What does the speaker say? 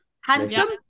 Handsome